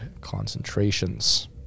concentrations